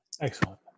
Excellent